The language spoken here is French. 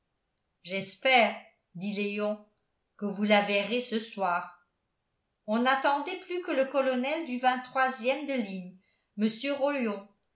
j'espère dit léon que vous la verrez ce soir on n'attendait plus que le colonel du ème de ligne mr rollon